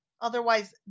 Otherwise